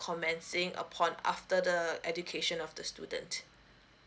commencing upon after the the education of the student